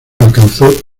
alcanzó